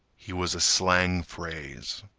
he was a slang phrase.